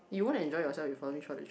you want to enjoy yourself for the trip